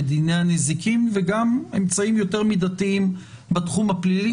בדיני הנזיקין וגם אמצעים יותר מידתיים בתחום הפלילי,